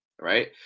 right